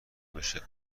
بشه